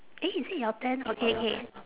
eh is it your turn okay okay